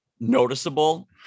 Noticeable